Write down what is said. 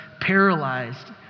paralyzed